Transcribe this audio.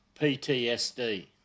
PTSD